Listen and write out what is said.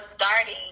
starting